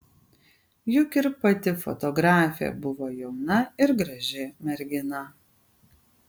juk ir pati fotografė buvo jauna ir graži mergina